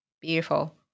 Beautiful